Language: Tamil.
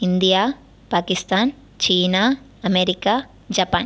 இந்தியா பாகிஸ்தான் சீனா அமெரிக்கா ஜப்பான்